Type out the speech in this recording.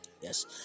Yes